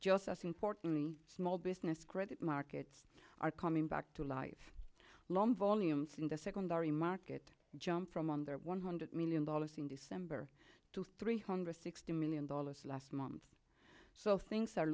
just as importantly small business credit markets are coming back to life long volumes in the secondary market jump from under one hundred million dollars in december to three hundred sixty million dollars last month so things are